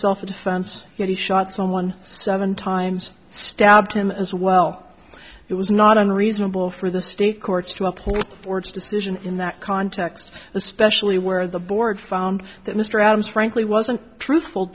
self defense he shot someone seven times stabbed him as well it was not unreasonable for the state courts to uphold court's decision in that context especially where the board found that mr adams frankly wasn't truthful